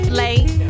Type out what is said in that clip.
late